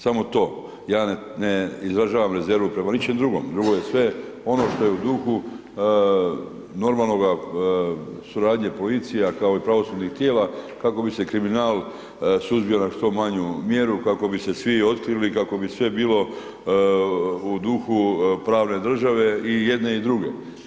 Samo to ja ne izražavam rezervu prema ničem drugom, drugo je sve ono što je u duhu normalnoga suradnje policija kao i pravosudnih tijela kako bi se kriminal suzbio na što manju mjeru, kako bi se svi otkrili, kako bi sve bilo u duhu pravne države i jedne i druge.